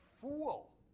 fool